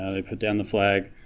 ah they put down the flag